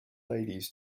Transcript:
ladies